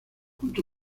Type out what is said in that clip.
junto